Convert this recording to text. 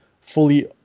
fully